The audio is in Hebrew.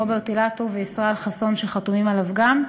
רוברט אילטוב וישראל חסון שחתומים עליו גם.